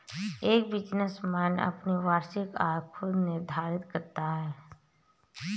एक बिजनेसमैन अपनी वार्षिक आय खुद निर्धारित करता है